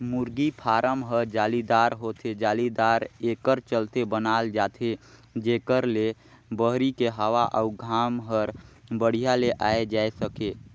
मुरगी फारम ह जालीदार होथे, जालीदार एकर चलते बनाल जाथे जेकर ले बहरी के हवा अउ घाम हर बड़िहा ले आये जाए सके